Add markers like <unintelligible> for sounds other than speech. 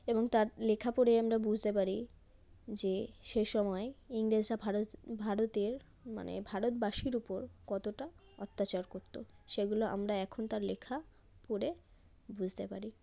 এবং তার লেখা পড়ে আমরা বুঝতে পারি যে সেই সময় ইংরেজরা <unintelligible> ভারতের মানে ভারতবাসীর উপর কতটা অত্যাচার করত সেগুলো আমরা এখন তার লেখা পড়ে বুঝতে পারি